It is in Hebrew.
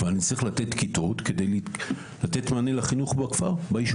אני צריך לתת כיתות כדי לתת מענה לחינוך בישוב.